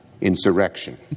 insurrection